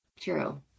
true